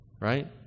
right